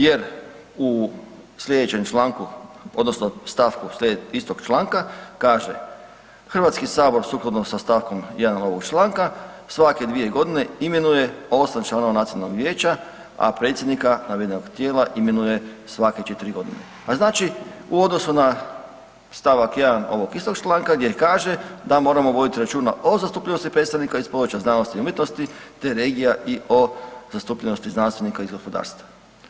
Jer u sljedećem članku odnosno stavku istoga članka kaže: „Hrvatski sabor sukladno sa stavkom 1. ovoga članka svake dvije godine imenuje 8 članova Nacionalnog vijeća, a predsjednika navedenog tijela imenuje svake četiri godine.“ Pa znači u odnosu na stavak 1. ovog istog članka gdje kaže da moramo voditi računa o zastupljenosti predstavnika iz područja znanosti i umjetnosti te regija i o zastupljenosti znanstvenika iz gospodarstva.